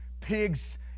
pigs